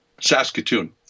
Saskatoon